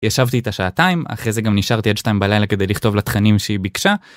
ישבתי איתה שעתיים, אחרי זה גם נשארתי עד שתיים בלילה כדי לכתוב לה תכנים שהיא ביקשה.